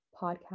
podcast